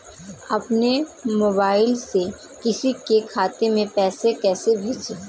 अपने मोबाइल से किसी के खाते में पैसे कैसे भेजें?